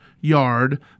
yard